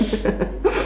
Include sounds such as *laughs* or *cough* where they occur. *laughs*